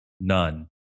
none